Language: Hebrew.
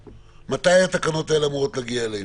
מתי התקנות האלה אמורות להגיע אלינו?